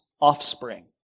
offspring